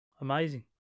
amazing